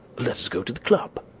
let us go to the club?